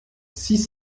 six